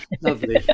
Lovely